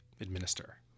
administer